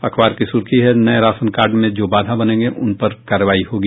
अखबार की सुर्खी है नये राशन कार्ड में जो बाधा बनेंगे उन पर कार्रवाई होगी